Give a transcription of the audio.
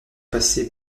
passer